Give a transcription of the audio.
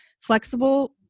flexible